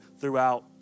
throughout